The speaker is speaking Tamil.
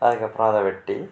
அதுக்கப்புறம் அதை வெட்டி